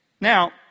Now